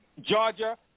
Georgia